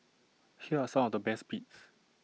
here are some of the best bits